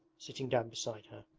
sitting down beside her.